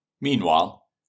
Meanwhile